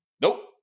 nope